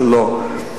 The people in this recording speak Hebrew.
שלא.